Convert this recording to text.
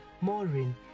Maureen